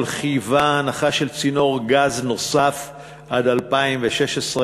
חייבה הנחה של צינור גז נוסף עד 2016,